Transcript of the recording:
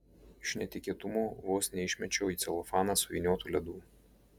iš netikėtumo vos neišmečiau į celofaną suvyniotų ledų